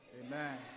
Amen